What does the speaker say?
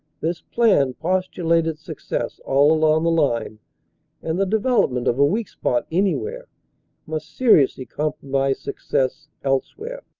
this plan postulated success all along the line and the development of a weak' spot anywhere must seriously compromise success else where.